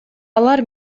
алар